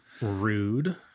Rude